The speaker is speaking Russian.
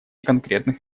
конкретных